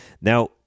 Now